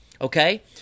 okay